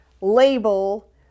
label